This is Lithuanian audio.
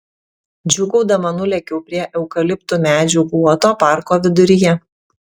džiūgaudama nulėkiau prie eukaliptų medžių guoto parko viduryje